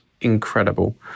incredible